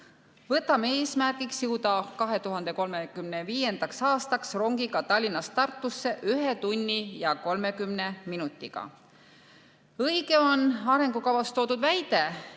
võtame eesmärgiks jõuda 2035. aastaks rongiga Tallinnast Tartusse ühe tunni ja 30 minutiga. Õige on arengukavas toodud väide,